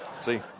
see